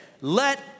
Let